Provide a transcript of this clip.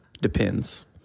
Depends